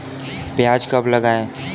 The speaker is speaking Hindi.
प्याज कब लगाएँ?